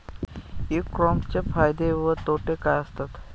E कॉमर्सचे फायदे व तोटे काय असतात?